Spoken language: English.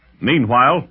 Meanwhile